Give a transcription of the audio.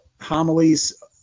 homilies